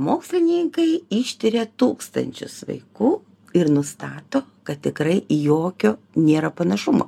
mokslininkai ištyria tūkstančius vaikų ir nustato kad tikrai jokio nėra panašumo